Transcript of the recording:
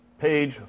Page